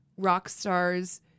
Rockstar's